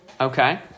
Okay